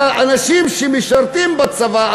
והאנשים שמשרתים בצבא,